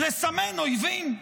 לסמן אויבים.